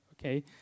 okay